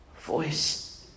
voice